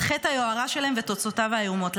חטא היוהרה שלהם ותוצאותיו האיומות".